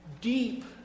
Deep